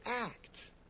act